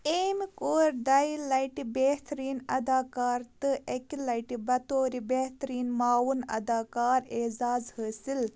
أمۍ كوٚر دۄیہِ لٹہِ بہتریٖن اداکار تہٕ اکہِ لٹہِ بطورِ بہتریٖن معاوُن اداکار اعزاز حٲصِل